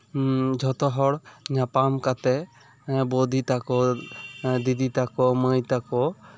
ᱡᱷᱚᱛᱚ ᱦᱚᱲ ᱧᱟᱯᱟᱢ ᱠᱟᱛᱮᱜ ᱵᱳᱫᱤ ᱛᱟᱠᱚ ᱫᱤᱫᱤ ᱛᱟᱠᱚ ᱢᱟᱹᱭ ᱛᱟᱠᱚ